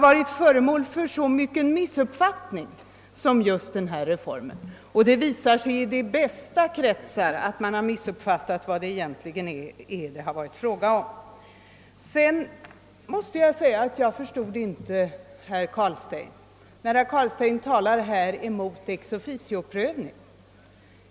varit föremål för så många missuppfattningar som denna. Det visar sig att man även i de bästa kretsar har missförstått vad det egentligen är fråga om. Jag förstod inte herr Carlstein när han talade mot ex officio-förfarandet.